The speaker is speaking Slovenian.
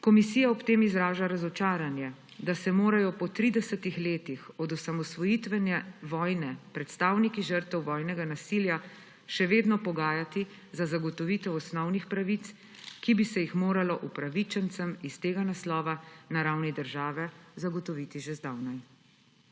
Komisija ob tem izraža razočaranje, da se morajo po 30 letih od osamosvojitvene vojne predstavniki žrtev vojnega nasilja še vedno pogajati za zagotovitev osnovnih pravic, ki bi se jih moralo upravičencem iz tega naslova na ravni države zagotoviti že zdavnaj.